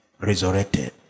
resurrected